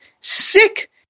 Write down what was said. sick